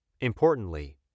Importantly